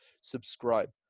subscribe